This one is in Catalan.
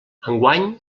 enguany